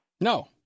No